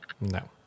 No